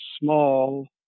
small